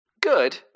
Good